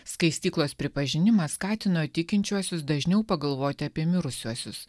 skaistyklos pripažinimas skatino tikinčiuosius dažniau pagalvoti apie mirusiuosius